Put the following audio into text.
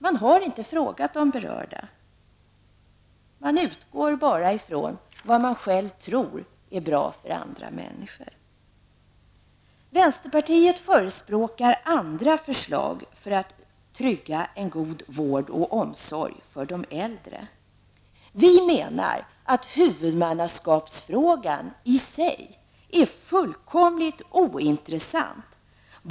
Man har inte frågat de berörda. Man utgår bara ifrån vad man själv tror är bra för andra människor. Vänsterpartiet förespråkar andra lösningar för att trygga en god vård och omsorg när det gäller de äldre. Vi menar att huvudmannaskapsfrågan i sig är fullkomligt ointressant.